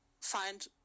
find